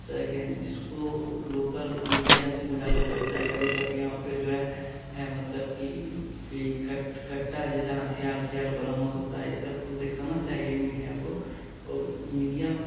उतर कर जिसको लोकल मीडियाज उजागर करता है कभी कभी यहाँ पर जो है है मतलब कि कि कट्टा जैसा हथियार उथियार बरामद होते हैं इन सब को दिखाना चाहिए मीडिया को और मीडिया